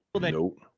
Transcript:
Nope